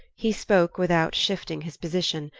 he spoke without shifting his position,